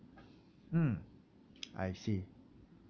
mm I see